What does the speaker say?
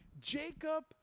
Jacob